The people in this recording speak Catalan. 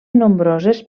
nombroses